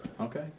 Okay